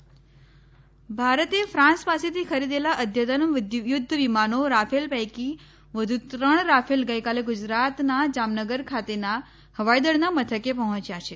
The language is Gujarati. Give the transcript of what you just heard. રાફેલ વિમાન ભારતે ફ્રાંસ પાસેથી ખરીદેલા અદ્યતન યુધ્ધવિમાન રાફેલ પૈકી વધુ ત્રણ રાફેલ ગઈકાલે ગુજરાતના જામનગર ખાતેના હવાઈદળના મથકે પહોંચ્યા છે